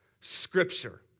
scripture